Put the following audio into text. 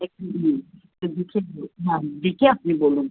এক্ষুনি হুম দেখে বো হ্যাঁ দেখে আপনি বলুন